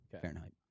Fahrenheit